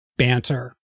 Banter